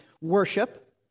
worship